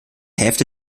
hälfte